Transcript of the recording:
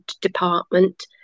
department